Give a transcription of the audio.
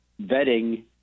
vetting